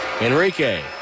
Enrique